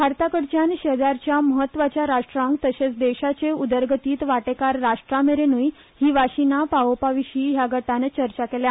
भारताकडच्यान शेजारच्या म्हत्वाच्या राष्ट्रांक तशेंच देशाचे उदरगतीत वाटेकार राष्ट्रांमेरेनूय ही वाशिना पावोवपाविशी ह्या गटांन चर्चा केल्या